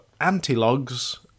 anti-logs